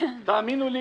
תאמינו לי